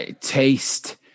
taste